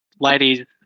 ladies